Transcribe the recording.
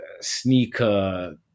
sneaker